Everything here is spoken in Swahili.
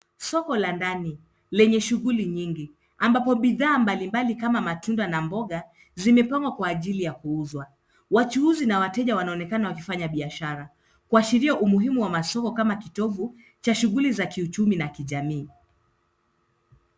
Soko la ndani lenye shughuli nyingi ambapo bidhaa mbalimbali kama matunda na mboga zimepangwa kwa ajili ya kuuzwa. Wachuuzi na wateja wanaonekana wakifanya biashara kuashiria umuhimu wa masoko kama kitovu cha shughuli za kiuchumi na kijamii.